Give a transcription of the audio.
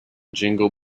jingle